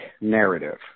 narrative